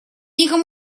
никому